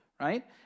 right